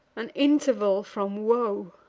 an interval from woe,